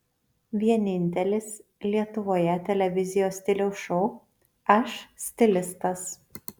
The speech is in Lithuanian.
vienintelis lietuvoje televizijos stiliaus šou aš stilistas